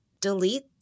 delete